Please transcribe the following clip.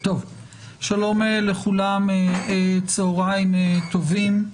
שלום לכולם, צהרים טובים,